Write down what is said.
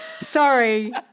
Sorry